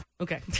Okay